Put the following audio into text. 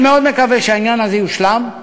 אני מאוד מקווה שהעניין הזה יושלם,